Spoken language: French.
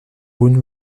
bonnes